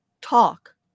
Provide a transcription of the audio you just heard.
talk